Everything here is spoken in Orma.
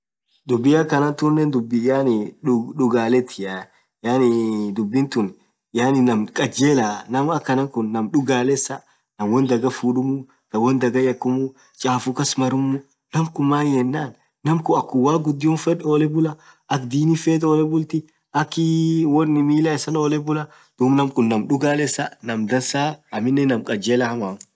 dhubi akha tunen yaani dhubi dhugalethia yaani dhubii tun yaani ñaam khajelaa ñaam akhana khun ñaam dhugalesa ñaam won dhaghaa fudhumuu khaa wondhagha yakhum chaffu kas marrumu ñaam khun mayenan naam khun akhum waq ghudio fedh olle bulah akhaa Dini fethu olle bulthi akhii won Mila isaa olle bulah dhub naam khun ñaam dhugalesa ñaam dhansaa aminen naam khajelaa haamaa